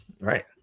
Right